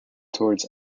towards